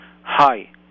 Hi